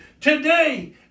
Today